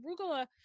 arugula